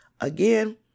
Again